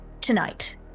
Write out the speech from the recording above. tonight